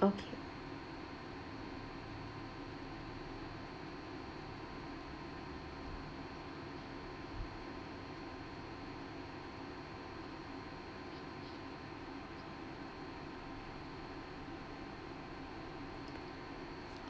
okay